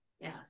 Yes